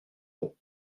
euros